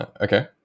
Okay